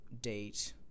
date